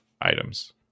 items